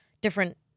different